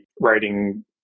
writing